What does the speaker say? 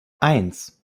eins